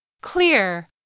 clear